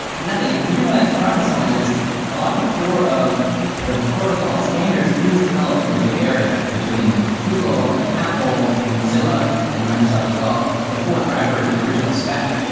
but nothing the reason why that surprised me so much is a lot of the core of the protocol and standards is developed in the bay area, between google and apple and mozilla and microsoft as well the four drivers of the original spec.